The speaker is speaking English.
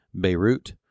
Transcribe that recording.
Beirut